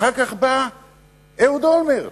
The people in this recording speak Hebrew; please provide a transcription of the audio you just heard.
אחר כך בא אהוד אולמרט,